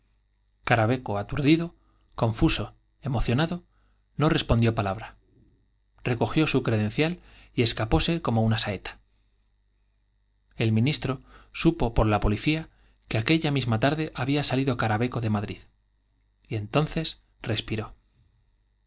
charse caraveco aturdido confuso emocionado no res pondió palabra recogió su credencial y escapóse como una saeta el ministro supo por la policía tarde había salido caraveco de madrid que aquella misma y entonces respiró